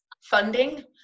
funding